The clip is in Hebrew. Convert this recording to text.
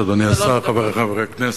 גברתי היושבת-ראש, אדוני השר, חברי חברי הכנסת,